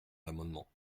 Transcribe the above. l’amendement